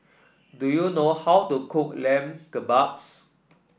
do you know how to cook Lamb Kebabs